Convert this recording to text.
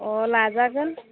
अ लाजागोन